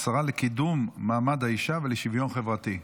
השרה לקידום מעמד האישה ולשוויון חברתי,